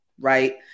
right